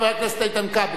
חבר הכנסת איתן כבל.